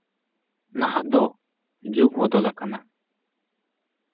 ᱱᱟᱦᱟᱜ ᱫᱚ ᱡᱩᱜᱽ ᱵᱚᱫᱚᱞ ᱟᱠᱟᱱᱟ